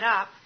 up